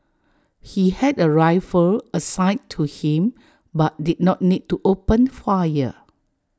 he had A rifle assigned to him but did not need to open fire